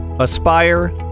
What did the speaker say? Aspire